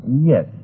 Yes